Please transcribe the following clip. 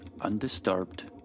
undisturbed